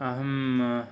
अहं